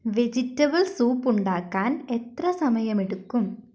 vegetable soup ഉണ്ടാക്കാൻ എത്ര സമയമെടുക്കും